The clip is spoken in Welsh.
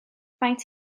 faint